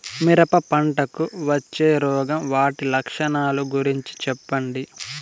మిరప పంటకు వచ్చే రోగం వాటి లక్షణాలు గురించి చెప్పండి?